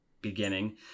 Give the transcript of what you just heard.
beginning